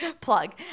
plug